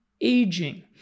aging